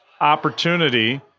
opportunity